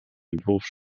entwurf